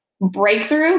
breakthrough